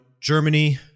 Germany